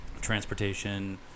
transportation